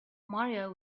mario